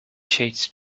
shades